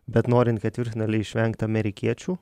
bet norint ketvirtfinaly išvengt amerikiečių